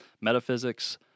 metaphysics